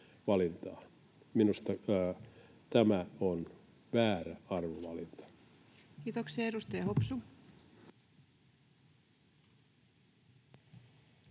Minusta tämä on väärä arvovalinta. Kiitoksia. — Edustaja Hopsu.